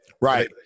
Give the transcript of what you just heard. Right